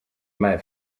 made